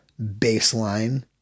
baseline